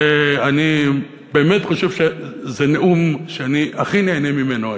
ואני באמת חושב שזה נאום שאני הכי נהנה ממנו היום.